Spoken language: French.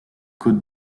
côtes